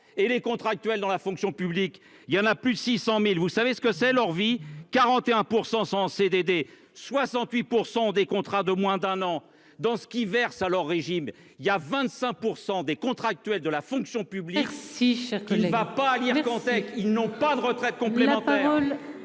et les contractuels dans la fonction publique, il y en a plus de 600.000. Vous savez ce que c'est leur vie 41% sont CDD, 68% des contrats de moins d'un an dans ce qu'ils versent à leur régime il y a 25% des contractuels de la fonction publique si ne va pas l'Ircantec. Ils n'ont pas de retraite complète.